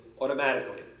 automatically